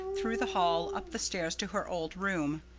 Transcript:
through the hall, up the stairs to her old room.